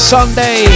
Sunday